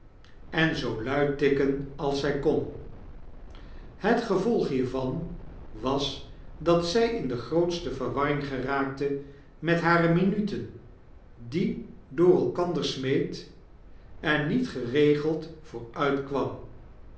en zoo luid tikken als zij kon het gevolg hiervan was dat zjj in de grootste verwarring geraakte met hare minuten die door elkander smeet en niet geregeld